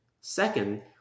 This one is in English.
Second